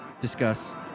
discuss